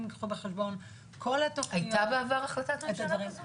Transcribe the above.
יקחו בחשבון --- הייתה בעבר החלטת ממשלה כזו?